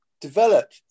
develop